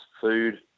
food